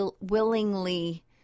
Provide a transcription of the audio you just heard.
willingly